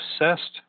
obsessed